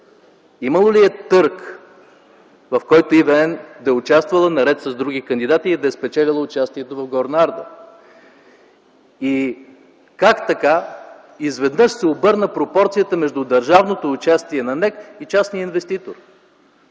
Имало ли е търг, в който ЕВН да е участвал, наред с други кандидати и да е спечелил участието в „Горна Арда”? И как така изведнъж се обърна пропорцията между държавното участие на НЕК и частния инвеститор?